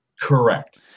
Correct